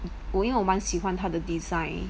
我没有喜欢他的 design